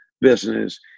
business